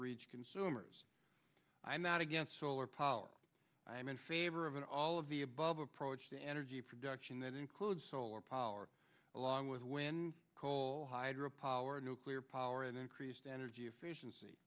reach consumers i'm not against solar power i'm in favor of an all of the above approach to energy production that includes solar power along with when coal hydro power nuclear power and increased energy efficiency